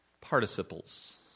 Participles